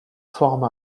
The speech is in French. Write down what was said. forme